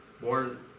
born